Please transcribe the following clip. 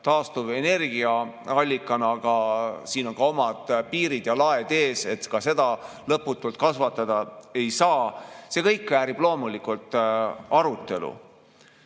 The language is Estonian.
taastuvenergia allikana, aga ka siin on oma piirid ja laed ees, ka seda lõputult kasvatada ei saa. See kõik väärib loomulikult arutelu.